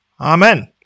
Amen